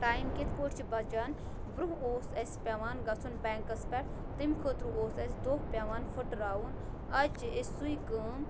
time کِتھ پٲٹھۍ چھِ بَچان برٛونٛہہ اوس اَسہِ پٮ۪وان گژھُن بٮ۪نٛکس پٮ۪ٹھ تمہِ خٲطرٕ اوس اَسہِ دۄہ پٮ۪وان پھُٹراوُن اَز چھُ أسۍ سُے کٲم